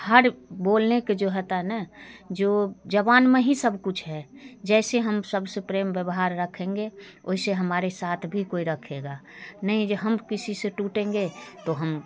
हर बोलने के जो होता है न जो ज़बान में ही सब कुछ है जैसे हम सब से प्रेम व्यवहार रखेंगे उसे हमारे साथ भी कोई रखेगा नहीं जो हम किसी से टूटेंगे तो हम